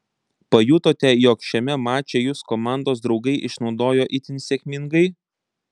pajutote jog šiame mače jus komandos draugai išnaudojo itin sėkmingai